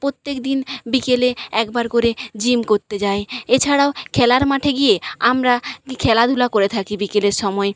পত্যেক দিন বিকেলে একবার করে জিম করতে যায় এছাড়াও খেলার মাঠে গিয়ে আমরা খেলাধূলা করে থাকি বিকেলের সমায়